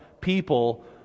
people